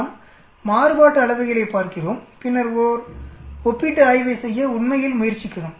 நாம் மாறுபாட்டு அளவைகளைப் பார்க்கிறோம் பின்னர் ஒரு ஒப்பீட்டு ஆய்வை செய்ய உண்மையில் முயற்சிக்கிறோம்